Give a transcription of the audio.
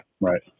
Right